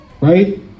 Right